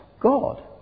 God